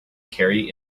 carry